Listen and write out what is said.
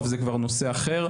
אבל זה כבר נושא אחר.